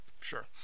sure